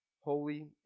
holy